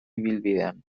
ibilbidean